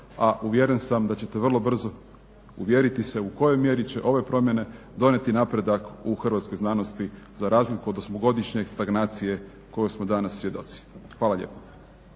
a uvjeren sam da ćete vrlo brzo uvjeriti se u kojoj mjeri će ove promjene donijeti napredak u hrvatskoj znanosti za razliku od osmogodišnje stagnacije koje smo danas svjedoci. Hvala lijepo.